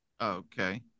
Okay